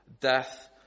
death